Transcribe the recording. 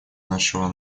нашего